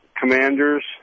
commanders